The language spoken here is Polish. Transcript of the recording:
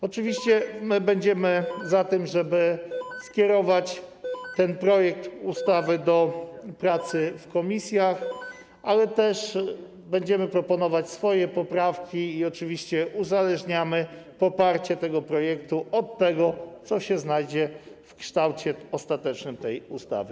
Oczywiście my będziemy za tym, żeby skierować ten projekt ustawy do pracy w komisjach, ale też będziemy proponować swoje poprawki i oczywiście uzależniamy poparcie tego projektu od tego, co się znajdzie w kształcie ostatecznym tej ustawy.